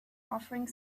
offering